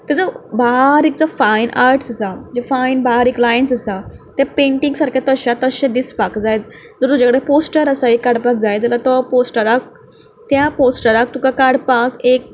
ताजो बारीक जो फायन आर्ट्स आसा फायन बारीक लायन्स आसा तें पेंटींग सारकें तशाक तशें दिसपाक जाय तर तुजे कडेन पोस्टर आसा एक काडपाक जाय जाल्यार तो पोस्टराक त्या पोस्टराक तुका काडपाक एक